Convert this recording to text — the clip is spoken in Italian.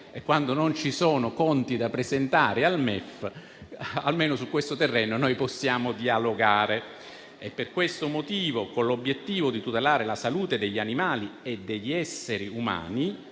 e quando non ci sono conti da presentare al MEF, possiamo dialogare. Per questo motivo, con l'obiettivo di tutelare la salute degli animali e degli esseri umani,